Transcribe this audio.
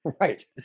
Right